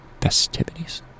festivities